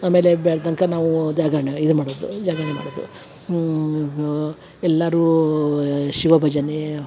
ಆಮೇಲೆ ಬೆಳ್ದಂಕ ನಾವೂ ಜಾಗರಣೆ ಇದು ಮಾಡೋದು ಜಾಗರಣೆ ಮಾಡದು ಎಲ್ಲಾರೂ ಶಿವ ಭಜನೆ